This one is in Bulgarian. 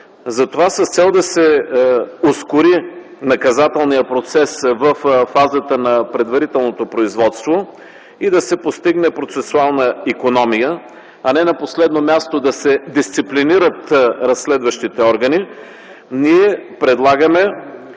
Затова с цел да се ускори наказателният процес във фазата на предварителното производство и да се постигне процесуална икономия, и не на последно място да се дисциплинират разследващите органи, ние предлагаме